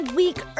week